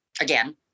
again